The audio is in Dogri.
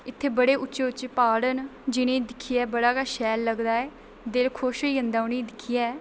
इत्थै बड़े उच्चे उच्चे प्हाड़ न जि'नें गी दिक्खियै बड़ा गै शैल लगदा ऐ दिल खुश होई जंदा उ'नें गी दिक्खियै